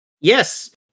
Yes